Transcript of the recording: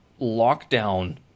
lockdown